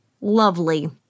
Lovely